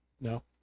no